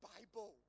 Bible